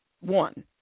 one